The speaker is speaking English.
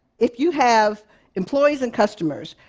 if you have employees and customers,